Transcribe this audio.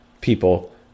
people